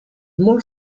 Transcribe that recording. more